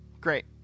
great